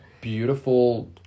beautiful